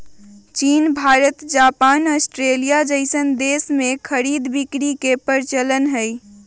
चीन Bharat Japan Australia जइसन देश में खरीद बिक्री के परचलन हई